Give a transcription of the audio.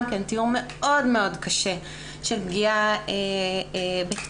גם, תיאור מאוד מאוד קשה של פגיעה בקטינה.